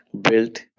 built